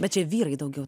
bet čia vyrai daugiau